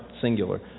singular